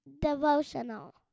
devotional